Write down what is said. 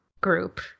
group